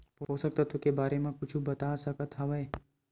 पोषक तत्व के बारे मा कुछु बता सकत हवय?